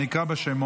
אני אקרא בשמות.